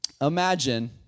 Imagine